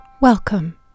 Welcome